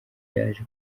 yaje